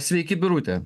sveiki birute